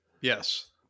Yes